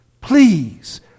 please